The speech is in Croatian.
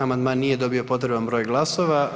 Amandman nije dobio potreban broj glasova.